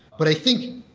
but i think,